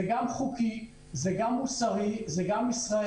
זה גם חוקי, זה גם מוסרי, זה גם ישראלי.